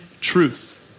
Truth